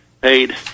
paid